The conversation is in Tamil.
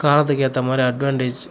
காலத்துக்கு ஏற்ற மாதிரி அட்வாண்டேஜ்